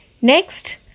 Next